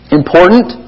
important